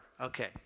Okay